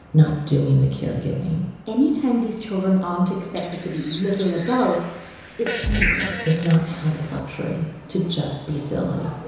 not doing the caregiving any time these children aren't expected to be little adults is healing they've not had the luxury to just be silly